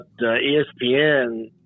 ESPN